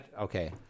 Okay